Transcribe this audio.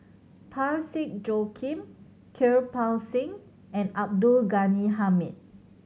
Parsick Joaquim Kirpal Singh and Abdul Ghani Hamid